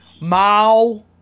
Mao